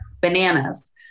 bananas